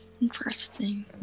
Interesting